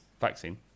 vaccine